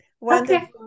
Wonderful